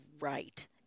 right